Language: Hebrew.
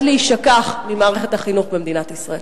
להישכח במערכת החינוך במדינת ישראל.